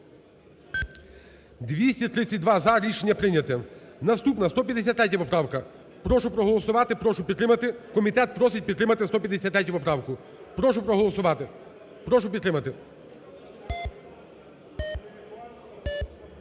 За-232 Рішення прийнято. Наступна 153 поправка. Прошу проголосувати, прошу підтримати. Комітет просить підтримати 153 поправку, прошу проголосувати, прошу підтримати.